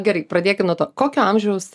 gerai pradėkim nuo to kokio amžiaus